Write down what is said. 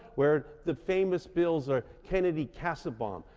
where the famous bills are kennedy-kassebaum,